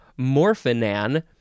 morphinan